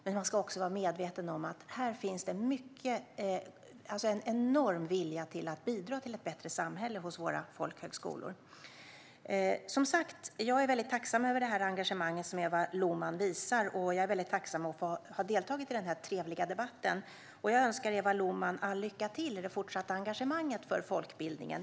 Men man ska också vara medveten om att det finns en enorm vilja att bidra till ett bättre samhälle hos våra folkhögskolor. Jag är som sagt tacksam över det engagemang som Eva Lohman visar, och jag är tacksam att jag har fått delta i denna trevliga debatt. Jag önskar Eva Lohman all lycka till i det fortsatta engagemanget för folkbildningen.